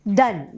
done